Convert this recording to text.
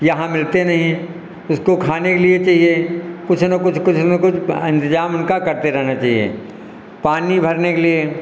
यहाँ मिलते नहीं हैं उसको खाने के लिए चाहिए कुछ न कुछ कुछ न कुछ इंतजाम उनका करते रहना चाहिए पानी भरने के लिए